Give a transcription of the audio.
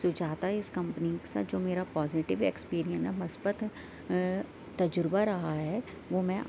Sujata is company mixer جو میرا positive experience ہے مثبت تجربہ رہا ہے وہ میں